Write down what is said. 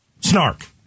Snark